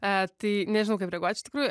e tai nežinau kaip reaguot iš tikrųjų